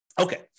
Okay